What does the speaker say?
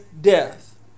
death